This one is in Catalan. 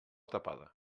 tapada